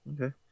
Okay